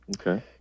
Okay